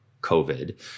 COVID